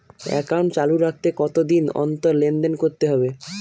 Account চালু রাখতে কতদিন অন্তর লেনদেন করতে হবে?